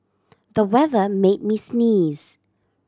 the weather made me sneeze